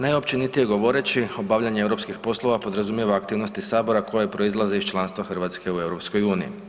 Najopćenitije govoreći, obavljanje europskih poslova podrazumijeva aktivnosti Sabora koje proizlaze iz članstva Hrvatske u EU-u.